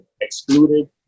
excluded